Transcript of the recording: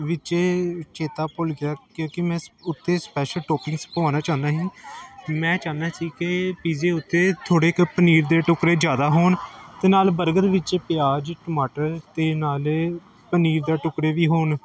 ਵਿੱਚੇ ਚੇਤਾ ਭੁੱਲ ਗਿਆ ਕਿਉਂਕਿ ਮੈਂ ਉੱਤੇ ਸਪੈਸ਼ਲ ਟੋਪਿੰਗਸ ਪਵਾਉਣਾ ਚਾਹੁੰਦਾ ਸੀ ਮੈਂ ਚਾਹੁੰਦਾ ਸੀ ਕਿ ਪੀਜ਼ੇ ਉੱਤੇ ਥੋੜ੍ਹੇ ਕ ਪਨੀਰ ਦੇ ਟੁੱਕੜੇ ਜ਼ਿਆਦਾ ਹੋਣ ਅਤੇ ਨਾਲ ਬਰਗਰ ਵਿੱਚ ਪਿਆਜ ਟਮਾਟਰ ਅਤੇ ਨਾਲ ਪਨੀਰ ਦੇ ਟੁੱਕੜੇ ਵੀ ਹੋਣ